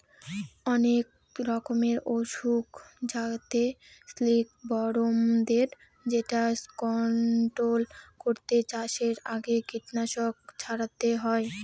অনেক রকমের অসুখ থাকে সিল্কবরমদের যেটা কন্ট্রোল করতে চাষের আগে কীটনাশক ছড়াতে হয়